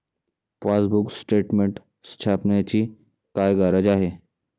Passbook statement छापण्याची काय गरज आहे?